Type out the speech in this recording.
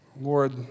Lord